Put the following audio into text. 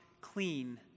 clean